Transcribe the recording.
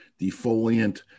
defoliant